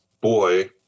boy